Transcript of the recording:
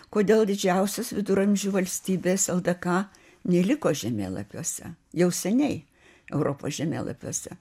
kodėl didžiausios viduramžių valstybės ldka neliko žemėlapiuose jau seniai europos žemėlapiuose